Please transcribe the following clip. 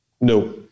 No